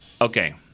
Okay